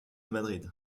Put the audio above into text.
madrid